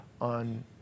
on